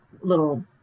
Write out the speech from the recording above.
little